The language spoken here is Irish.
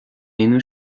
aonú